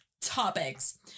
topics